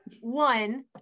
One